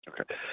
okay